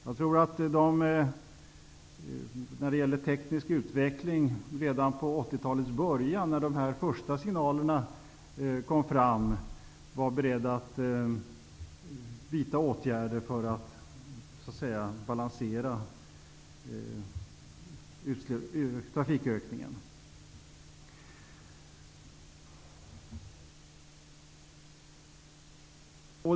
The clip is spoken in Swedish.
Jag tror att man redan då de första signalerna kom i början av 80-talet var beredd att vidta åtgärder, när det gällde teknisk utveckling, för att balansera trafikökningen.